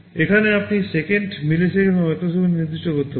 এখানে আপনি second millisecond বা মাইক্রোসেকেন্ডে নির্দিষ্ট করতে পারেন